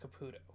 Caputo